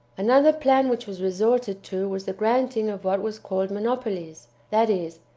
another plan which was resorted to was the granting of what was called monopolies that is,